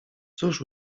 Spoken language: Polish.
cóż